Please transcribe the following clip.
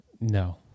No